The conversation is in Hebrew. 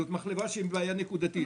זאת מחלבה שהיא בבעיה נקודתית.